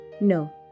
No